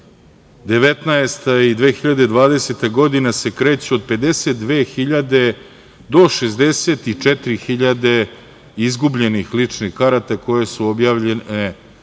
2019. i 2020. godina se kreću od 52.000 do 64.000 izgubljenih ličnih karata koje su objavljene